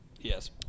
Yes